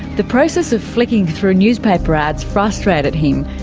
the process of flicking through newspaper ads frustrated him,